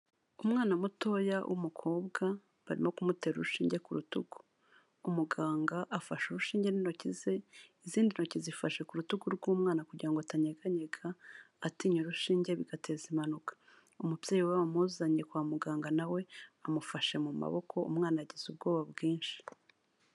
Umwana mutoya w'umukobwa, barimo kumutera urushinge ku rutugu, umuganga afashe urushinge n'intoki ze, izindi ntoki zifashe ku rutugu rw'umwana kugira ngo atanyeganyega, atinya urushinge bigateza impanuka, umubyeyi we wamuzanye kwa muganga na we amufashe mu maboko, umwana yagize ubwoba bwinshi.